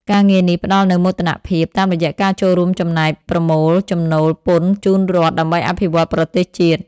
ការងារនេះផ្តល់នូវមោទនភាព តាមរយៈការចូលរួមចំណែកប្រមូលចំណូលពន្ធជូនរដ្ឋ ដើម្បីអភិវឌ្ឍប្រទេសជាតិ។